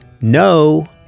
No